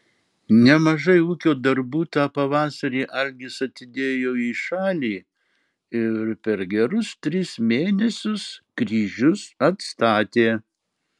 nemažai ūkio darbų tą pavasarį algis atidėjo į šalį ir per gerus tris mėnesius kryžius atstatė